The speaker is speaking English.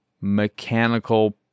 mechanical